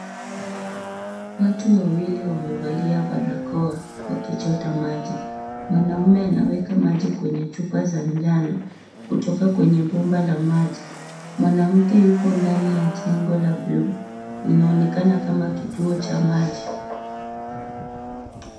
Watu wawili wamevalia barakoa wakichota maji. Mwanaume anaweka maji kwenye chupa za njano, kutoka kwenye bomba la maji. Mwanamke yuko ndani ya jengo la buluu, inaonekana kama kituo cha maji.